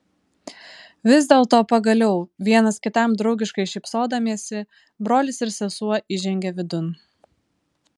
vis dėlto pagaliau vienas kitam draugiškai šypsodamiesi brolis ir sesuo įžengė vidun